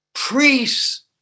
priests